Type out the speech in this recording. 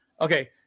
okay